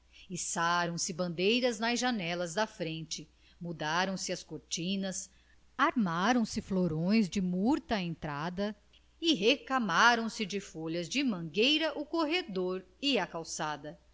içaram se bandeiras nas janelas da frente mudaram se as cortinas armaram-se florões de murta à entrada e recamaram se de folhas de mangueira o corredor e a calçada